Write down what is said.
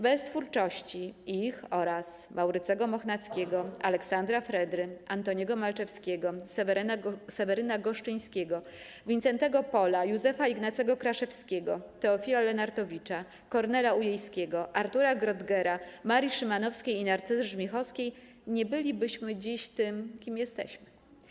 Bez twórczości ich oraz Maurycego Mochnackiego, Aleksandra Fredry, Antoniego Malczewskiego, Seweryna Goszczyńskiego, Wincentego Pola, Józefa Ignacego Kraszewskiego, Teofila Lenartowicza, Kornela Ujejskiego, Artura Grottgera, Marii Szymanowskiej i Narcyzy Żmichowskiej nie bylibyśmy dziś tym, kim jesteśmy.